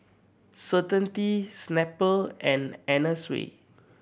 Certainty Snapple and Anna Sui